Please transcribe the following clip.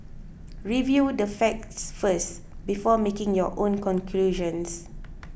review the facts first before making your own conclusions